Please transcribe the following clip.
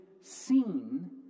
seen